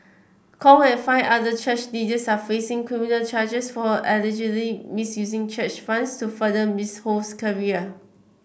Kong and five other church leaders are facing criminal charges for allegedly misusing church funds to further Miss Ho's career